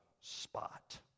spot